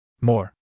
More